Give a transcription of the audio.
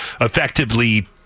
effectively